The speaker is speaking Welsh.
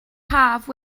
haf